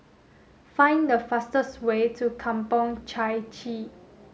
find the fastest way to Kampong Chai Chee